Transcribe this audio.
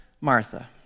Martha